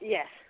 Yes